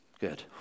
good